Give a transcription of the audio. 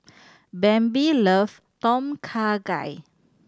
Bambi loves Tom Kha Gai